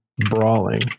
brawling